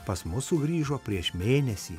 pas mus sugrįžo prieš mėnesį